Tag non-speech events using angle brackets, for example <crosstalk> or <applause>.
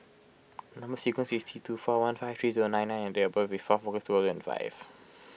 Number Sequence is T two four one five three zero nine I and date of birth is fourth August two thousand and five <noise>